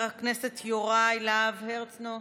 חבר הכנסת יוראי להב הרצנו,